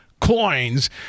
coins